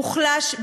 מוחלש,